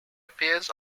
appears